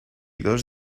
dos